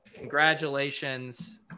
congratulations